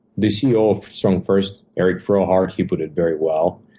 the ceo of strongfirst, eric frohardt, he put it very well.